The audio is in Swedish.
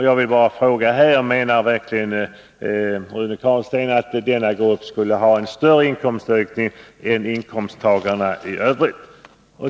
Jag vill fråga: Menar verkligen Rune Carlstein att denna grupp skulle ha större inkomstökning än inkomsttagarna i övrigt?